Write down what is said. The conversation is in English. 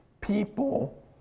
people